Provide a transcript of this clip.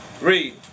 Read